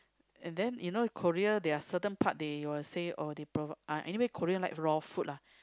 and then you know Korea there are certain parts they were said oh they provide uh anyway Korean likes raw food lah